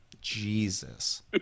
Jesus